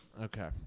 Okay